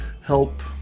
help